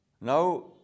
Now